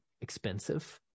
expensive